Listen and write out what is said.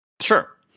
Sure